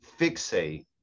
fixate